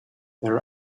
there